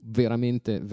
veramente